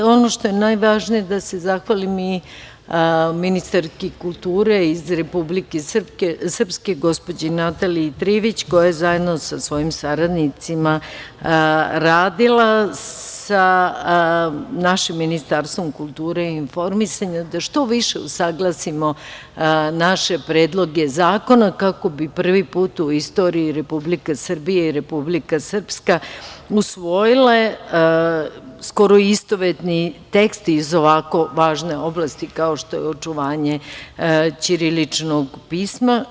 Ono što je najvažnije, da se zahvalim i ministarki kulture iz Republike Srpske, gospođi Nataliji Trivić, koja je zajedno sa svojim saradnicima radila sa našim Ministarstvom kulture i informisanja da što više usaglasimo naše predloge zakona kako bi prvi put u istoriji Republika Srbija i Republika Srpska usvojile skoro istovetni tekst i ovako važne oblasti kao što je očuvanje ćiriličnog pisma.